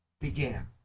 began